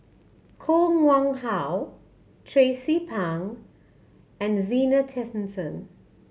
Koh Nguang How Tracie Pang and Zena Tessensohn